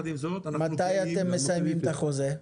מתי אתם מסיימים את החוזה?